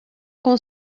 com